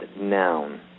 noun